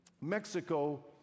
Mexico